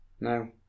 No